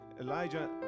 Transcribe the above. Elijah